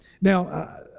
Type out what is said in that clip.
Now